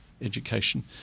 education